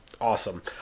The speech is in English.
Awesome